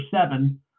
seven